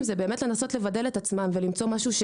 זה לנסות לבדל את עצמם ולמצוא משהו,